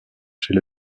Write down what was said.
chez